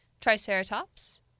Triceratops